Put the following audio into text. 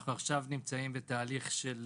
אנחנו עכשיו נמצאים בתהליך של